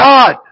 God